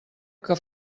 que